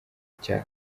cya